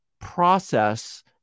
process